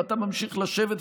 ואתה ממשיך לשבת,